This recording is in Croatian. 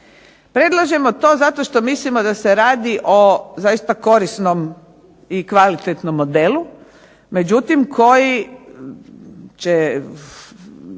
Predlažemo to zato što mislimo da se radi o zaista korisnom i kvalitetnom modelu, međutim koji će